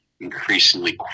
increasingly